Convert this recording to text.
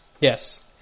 Yes